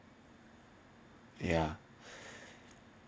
ya